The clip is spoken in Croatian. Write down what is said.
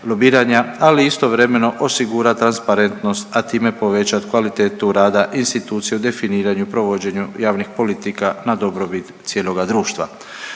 ali istovremeno osigurat transparentnost, a time povećat kvalitetu rada institucije u definiranju i provođenju javnih politika na dobrobit cijeloga društva.